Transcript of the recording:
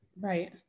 Right